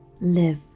Live